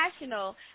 National